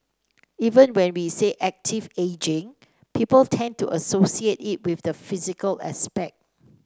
even when we say active ageing people tend to associate it with the physical aspect